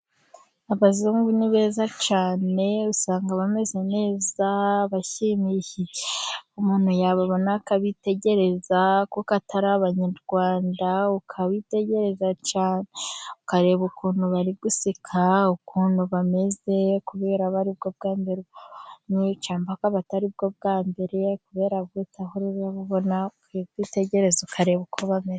Abazungu ni beza cyane, usanga bameze neza, bashimishije umuntu yababona akabitegereza, kuko atari abanyarwanda, ukabitegereza cyane ukareba ukuntu bari guseka, ukuntu bameze kubera aba aribwo bwa mbere ubabonye, cyangwa akaba atari bwo bwa mbere, kubera ko udahora urababona, urabitegereza ukareba uko bameze.